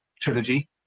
Trilogy